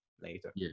later